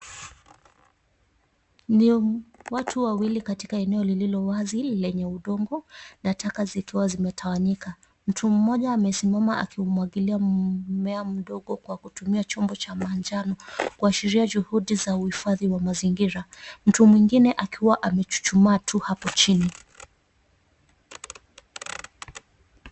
Ni watu wawili katika eneo liliowazi lenye udongo na taka zikiwa zimetawanyika. Mtu mmoja amesimama akiumwagilia mmea mdogo kwa kutumia chombo cha manjano, kuashiria juhudi za uhifadhi wa mazingira. Mtu mwingine akiwa amechuchumaa tu hapo chini.